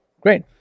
Great